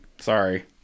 sorry